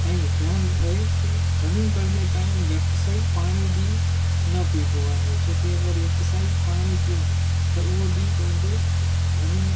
ऐं ध्यानु रहे की रनिंग कंदे टाइम यकु सई पाणी बि न पी बो आहे छो की अगरि यकु साई पाणी पियूं त उहो बि पंहिंजे रनिंग